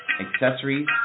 accessories